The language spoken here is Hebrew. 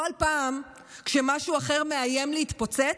בכל פעם שמשהו אחר מאיים להתפוצץ,